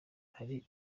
hari